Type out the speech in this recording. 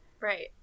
Right